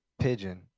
pigeon